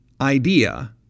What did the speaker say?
idea